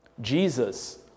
Jesus